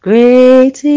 Great